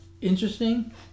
interesting